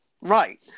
Right